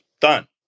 Done